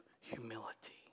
humility